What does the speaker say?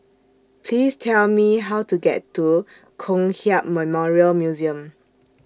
Please Tell Me How to get to Kong Hiap Memorial Museum